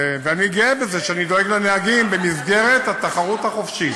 ואני גאה בזה שאני דואג לנהגים במסגרת התחרות החופשית.